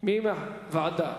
ועדה.